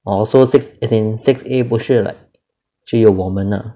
orh so six as in six A 不是 like 只有我们 ah